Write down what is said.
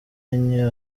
enye